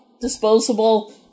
disposable